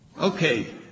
Okay